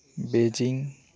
Beijing